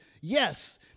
yes